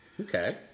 Okay